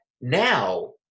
now